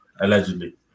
allegedly